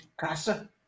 Casa